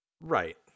Right